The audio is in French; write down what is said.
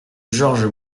georges